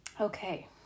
Okay